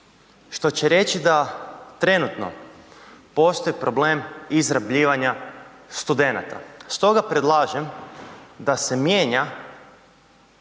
Što će reći da trenutno postoji problem izrabljivanja studenata stoga predlažem da se mijenja